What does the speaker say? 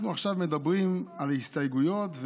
אנחנו עכשיו מדברים על הסתייגויות,